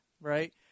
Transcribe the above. right